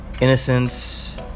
innocence